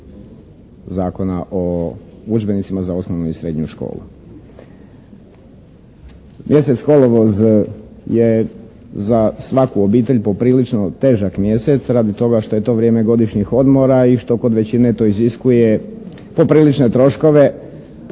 Zakona o udžbenicima za osnovnu i srednju školu. Mjesec kolovoz je za svaku obitelj poprilično težak mjesec radi toga što je to vrijeme godišnjih odmora i što kod većine to iziskuje poprilične troškove,